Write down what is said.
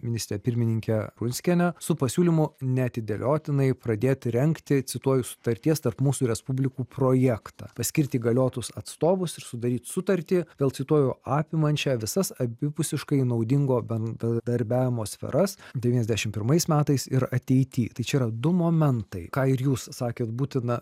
ministrę pirmininkę prunskienę su pasiūlymu neatidėliotinai pradėti rengti cituoju sutarties tarp mūsų respublikų projektą paskirti įgaliotus atstovus ir sudaryt sutartį vėl cituoju apimančią visas abipusiškai naudingo bendradarbiavimo sferas devyniasdešimt pirmais metais ir ateity tai čia yra du momentai ką ir jūs sakėt būtina